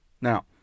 Now